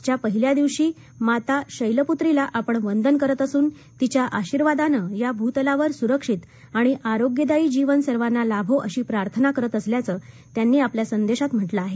आजच्या पहिल्या दिवशी माता शैलपुत्रीला आपण वंदन करत असून तिच्याआशिर्वादानं या भूतलावर सुरक्षित आणि आरोग्यदायी जिवन सर्वांना लाभो अशी प्रार्थनाकरत असल्याचं त्यांनी आपल्या संदेशांत म्ह िं आहे